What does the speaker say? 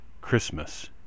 christmas